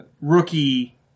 rookie